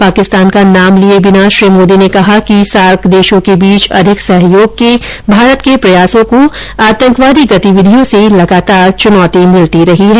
पाकिस्तान का नाम लिये बिना श्री मोदी ने कहा कि सार्क देशों के बीच अधिक सहयोग के भारत के प्रयासों को आतंकवादी गतिविधियों से लगातार चुनौती भिलती रही है